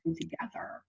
together